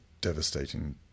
devastating